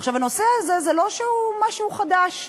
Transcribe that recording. עכשיו, הנושא הזה, זה לא שהוא משהו חדש,